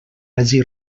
hagi